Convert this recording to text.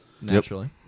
Naturally